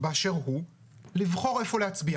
הכנסת הקודמת שתאפשר לכל אזרח באשר הוא לבחור איפה להצביע.